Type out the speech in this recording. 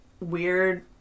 weird